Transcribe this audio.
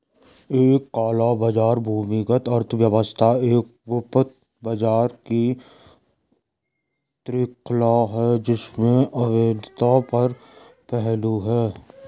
एक काला बाजार भूमिगत अर्थव्यवस्था एक गुप्त बाजार की श्रृंखला है जिसमें अवैधता का पहलू है